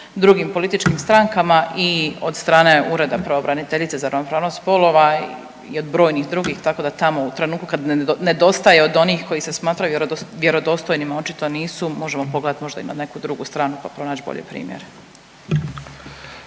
drugim političkim strankama i od strane Ureda za ravnopravnost spolova i od brojnih drugih, tako da tamo u trenutku kad nedostaje od onih koji se smatraju vjerodostojnima očito nisu možemo pogledati možda i na neku drugu stranu pa pronać bolje primjere.